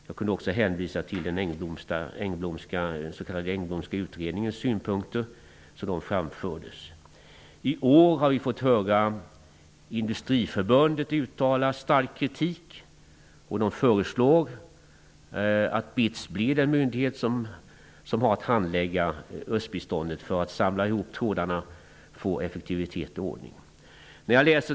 Jag kunde också hänvisa till den s.k. Engblomska utredningens synpunkter, som de framfördes. I år har vi fått höra företrädare för Industriförbundet uttala stark kritik i detta ärende, och man föreslår att BITS blir den myndighet som har att handlägga östbiståndet för att samla ihop trådarna och få effektivitet och ordning.